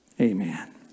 Amen